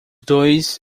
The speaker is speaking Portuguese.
dois